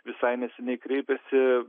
visai neseniai kreipėsi